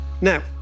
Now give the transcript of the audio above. Now